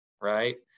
right